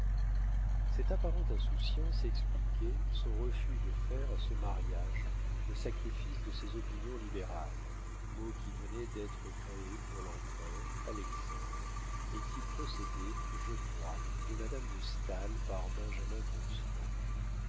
cette apparente insouciance expliquait son refus de faire à ce mariage le sacrifice de ses opinions libérales mot qui venait d'être créé pour l'empereur alexandre et qui procédait je crois de madame de staël par benjamin constant